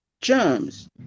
germs